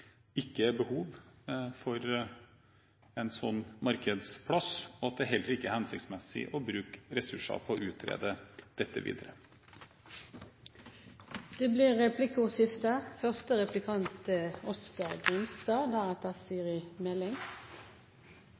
ikke er behov for en sånn markedsplass, og at det heller ikke er hensiktsmessig å bruke ressurser på å utrede dette videre. Det blir replikkordskifte.